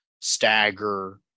stagger